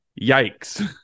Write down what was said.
Yikes